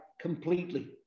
completely